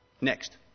Next